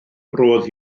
roedd